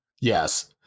Yes